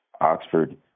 Oxford